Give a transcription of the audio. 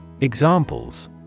Examples